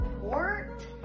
Port